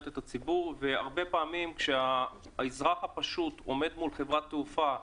הרבה פעמים כשהאזרח הפשוט עומד מול חברת תעופה,